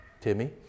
Timmy